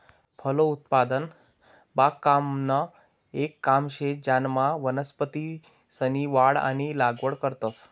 फलोत्पादन बागकामनं येक काम शे ज्यानामा वनस्पतीसनी वाढ आणि लागवड करतंस